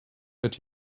that